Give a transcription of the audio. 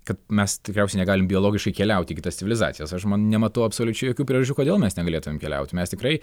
kad mes tikriausiai negalim biologiškai keliauti į kitas civilizacijas aš nematau absoliučiai jokių priežasčių kodėl mes negalėtumėm keliauti mes tikrai